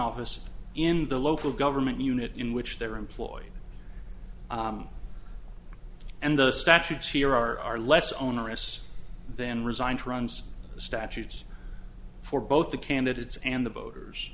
office in the local government unit in which they're employed and the statutes here are less onerous then resigned to runs the statutes for both the candidates and the voters